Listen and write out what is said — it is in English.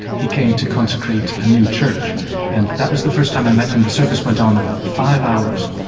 he came to consecrate a new church and that was the first time i met him the service went on about five hours.